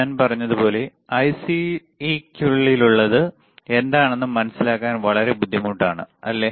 ഞാൻ പറഞ്ഞതുപോലെ ഐസിയ്ക്കുള്ളിലുള്ളത് എന്താണെന്ന് മനസിലാക്കാൻ വളരെ ബുദ്ധിമുട്ടാണ് അല്ലേ